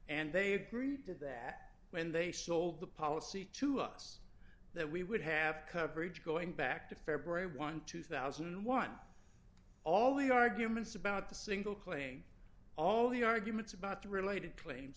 and they agreed to that when they sold the policy to us that we would have coverage going back to february one two thousand and one all the arguments about the single playing all the arguments about the related cla